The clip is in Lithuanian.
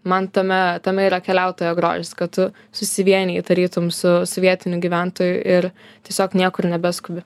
man tame tame yra keliautojo grožis kad tu susivieniji tarytum su vietiniu gyventoju ir tiesiog niekur nebeskubi